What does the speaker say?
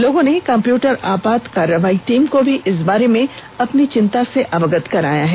लोगों ने कंप्यूटर आपात कार्रवाई टीम को भी इस बारे में अपनी चिंता से अवगत कराया है